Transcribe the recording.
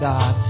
God